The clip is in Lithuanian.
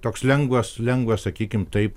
toks lengvas lengvas sakykim taip